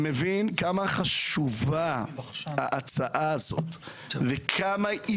מבין כמה חשובה ההצעה הזאת וכמה היא